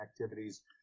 activities